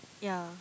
yeah